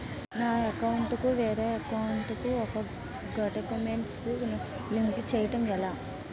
నా అకౌంట్ కు వేరే అకౌంట్ ఒక గడాక్యుమెంట్స్ ను లింక్ చేయడం ఎలా?